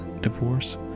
divorce